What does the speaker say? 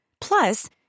Plus